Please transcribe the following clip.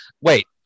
Wait